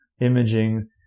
imaging